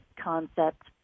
concept